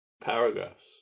paragraphs